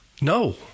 No